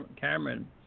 Cameron